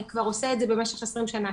כבר עושה את זה במשך 20 שנה,